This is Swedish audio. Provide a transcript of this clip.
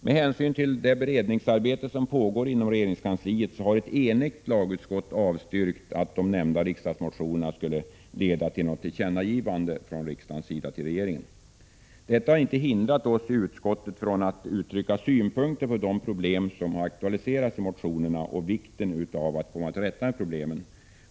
Med hänsyn till det beredningsarbete som pågår inom regeringskansliet har ett enigt lagutskott avstyrkt att de nämnda riksdagsmotionerna skulle leda till något tillkännagivande från riksdagens sida till regeringen. Detta har inte hindrat oss i utskottet från att uttrycka synpunkter på de problem som har aktualiserats i motionerna och betona vikten av att komma till rätta med problemen.